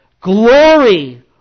Glory